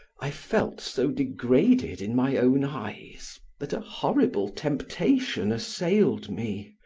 i felt so degraded in my own eyes that a horrible temptation assailed me.